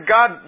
God